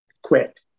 Quit